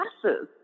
classes